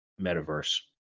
metaverse